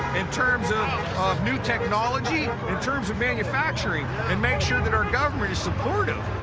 in terms of, of new technology, in terms of manufacturing, and make sure that our government is supportive.